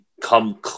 come